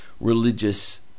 religious